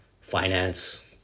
finance